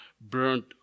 burnt